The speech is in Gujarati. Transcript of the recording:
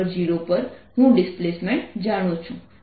x0 પર હું ડિસ્પ્લેસમેન્ટ જાણું છું